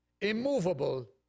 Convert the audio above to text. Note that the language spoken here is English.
immovable